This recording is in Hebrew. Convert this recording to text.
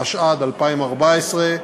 התשע"ד 2014,